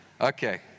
Okay